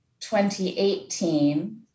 2018